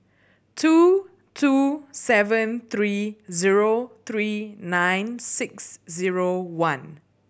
two two seven three zero three nine six zero one